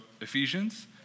Ephesians